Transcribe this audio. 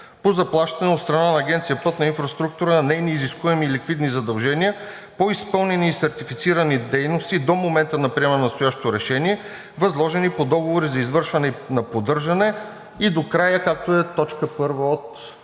по заплащане от страна на Агенция „Пътна инфраструктура“ на нейни изискуеми и ликвидни задължения по изпълнени и сертифицирани дейности до момента на приемане на настоящото решение, възложени по договори за извършване на поддържане (превантивно, текущо,